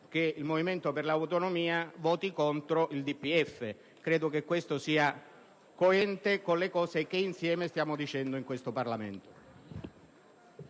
che il Movimento per le Autonomie voti contro il DPEF. Credo che ciò sia coerente con quanto insieme stiamo dicendo in questo Parlamento.